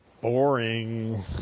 Boring